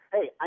Hey